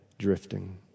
drifting